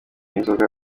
inzoga